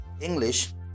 English